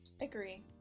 Agree